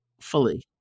fully